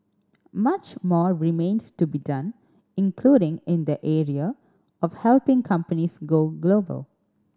much more remains to be done including in the area of helping companies go global